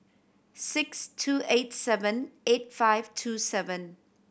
six two eight seven eight five two seven